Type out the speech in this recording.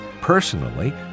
Personally